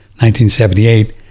1978